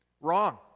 Wrong